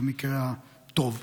במקרה טוב.